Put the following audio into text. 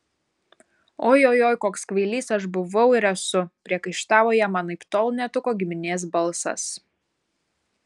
oi oi oi koks kvailys aš buvau ir esu priekaištavo jam anaiptol ne tuko giminės balsas